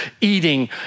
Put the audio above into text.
eating